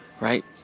right